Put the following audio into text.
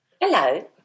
Hello